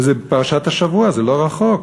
וזה בפרשת השבוע, זה לא רחוק.